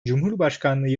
cumhurbaşkanlığı